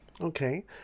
Okay